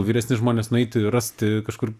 vyresni žmonės nueiti rasti kažkur